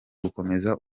gukomeza